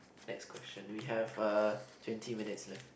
next question we have uh twenty minutes left